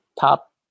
top